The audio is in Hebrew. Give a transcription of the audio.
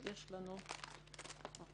בעיקר פסולת בניין ופסולת צמחים,